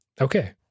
Okay